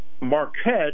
Marquette